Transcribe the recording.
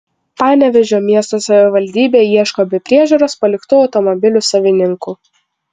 panevėžio miesto savivaldybė ieško be priežiūros paliktų automobilių savininkų